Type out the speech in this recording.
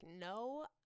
no